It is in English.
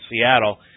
Seattle